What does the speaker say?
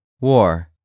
War